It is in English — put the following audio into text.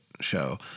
show